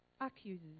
Accuses